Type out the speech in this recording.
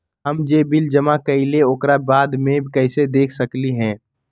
हम जे बिल जमा करईले ओकरा बाद में कैसे देख सकलि ह?